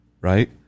right